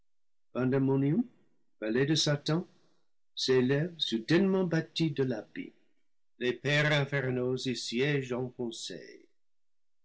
de satan s'élève soudainement bâti de l'abîme les pairs infernaux y siègent en conseil